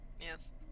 yes